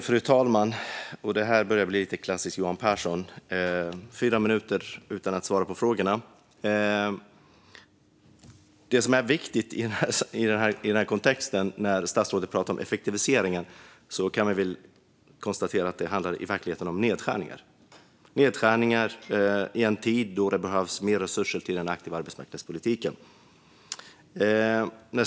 Fru talman! Johan Pehrson gör en klassisk Johan Pehrson: pratar i fyra minuter utan att svara på frågorna. När statsrådet pratar om effektivisering i detta sammanhang handlar det i verkligheten om nedskärningar - nedskärningar i en tid då det behövs mer resurser till den aktiva arbetsmarknadspolitiken.